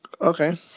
Okay